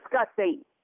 disgusting